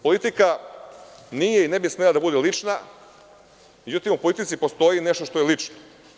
Politika nije i ne bi smela da bude lična, međutim, u politici postoji nešto što je lično.